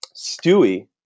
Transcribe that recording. Stewie